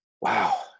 Wow